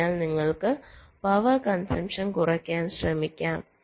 അതിനാൽ നിങ്ങൾക്ക് power consumption കുറയ്ക്കാൻ ശ്രമിക്കാം